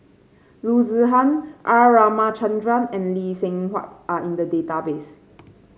Loo Zihan R Ramachandran and Lee Seng Huat are in the database